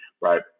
right